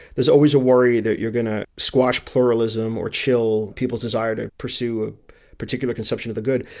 there's always a worry that you're going to squash pluralism or chill people's desire to pursue a particular consumption of the good.